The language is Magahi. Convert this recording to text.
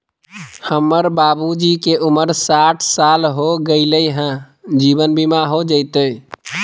हमर बाबूजी के उमर साठ साल हो गैलई ह, जीवन बीमा हो जैतई?